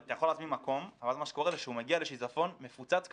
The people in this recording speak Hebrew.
אתה יכול להזמין מקום אבל מה שקורה כשהוא מגיע לשיזפון הוא מפוצץ כבר.